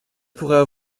pourraient